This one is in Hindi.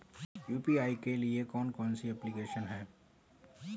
यू.पी.आई के लिए कौन कौन सी एप्लिकेशन हैं?